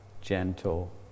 gentle